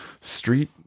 street